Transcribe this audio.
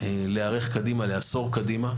להיערך לעשור קדימה.